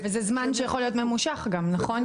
וזה זמן שיכול להיות גם ממושך, נכון?